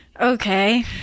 Okay